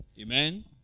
Amen